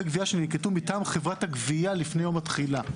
גבייה שננקטו מטעם חברת הגבייה לפני יום התחילה".